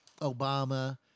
Obama